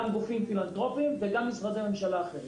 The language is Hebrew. גופים פילנתרופיים וגם משרדי ממשלה אחרים.